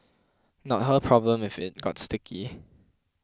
not her problem if it got sticky